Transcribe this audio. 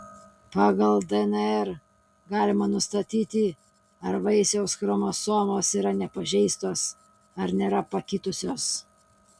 pagal dnr galima nustatyti ar vaisiaus chromosomos yra nepažeistos ar nėra pakitusios